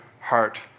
heart